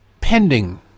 pending